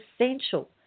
essential